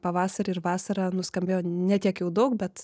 pavasarį ir vasarą nuskambėjo ne tiek jau daug bet